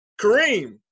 Kareem